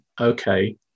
okay